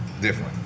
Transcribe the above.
different